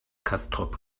castrop